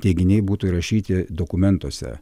teiginiai būtų įrašyti dokumentuose